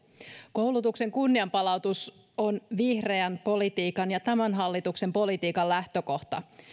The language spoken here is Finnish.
koulutuksen kunnianpalautus on vihreän politiikan ja tämän hallituksen politiikan lähtökohta